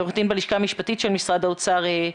עו"ד בלשכה המשפטית של משרד האוצר.